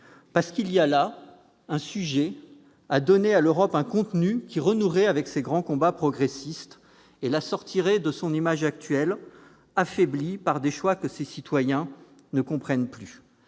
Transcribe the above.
femmes. Il y a là, en effet, sujet à donner à l'Europe un contenu qui renouerait avec ses grands combats progressistes et la sortirait de son image actuelle, affaiblie par des choix que ses citoyens ne comprennent plus.